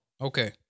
Okay